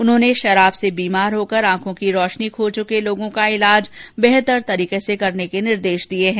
उन्होंने शराब से बीमार होकर ऑखों की रोशनी खो चुके लोगों का इलाज बेहतर तरीके से करने के निर्देश दिए है